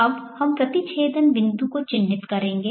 अब हम प्रतिच्छेदन बिंदु को चिह्नित करेंगे